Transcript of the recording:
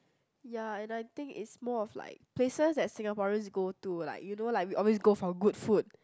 ya and I think it's more of like places that Singaporeans go to like you know like we always go for good food